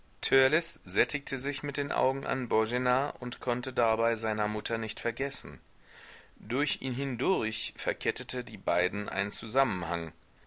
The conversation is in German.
sättigte sich mit den augen an boena und konnte dabei seiner mutter nicht vergessen durch ihn hindurch verkettete die beiden ein zusammenhang